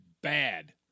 bad